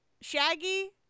Shaggy